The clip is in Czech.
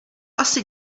asi